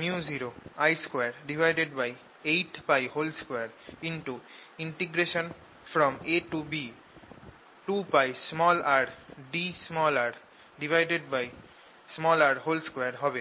µ0I282ab2πrdrr2 হবে